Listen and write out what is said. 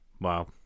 wow